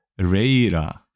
Reira